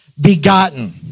begotten